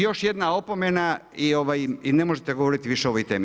Još jedna opomena i ne možete govoriti više o ovoj temi.